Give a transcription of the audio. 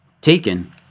taken